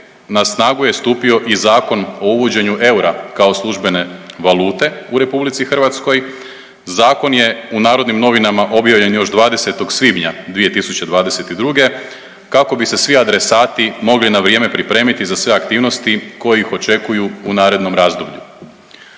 na snagu je stupio i Zakon o uvođenju eura kao službene valute u RH. Zakon je u Narodnim novinama objavljen još 20. svibnja 2022. kako bi se svi adresati mogli na vrijeme pripremiti za sve aktivnosti koje ih očekuju u narednom razdoblju.